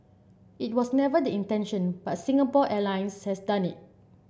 it was never the intention but Singapore Airlines has done it